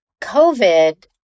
COVID